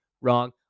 Wrong